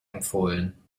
empfohlen